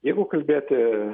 jeigu kalbėti